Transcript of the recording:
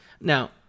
Now